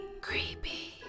Creepy